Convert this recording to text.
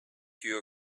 your